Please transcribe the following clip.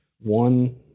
one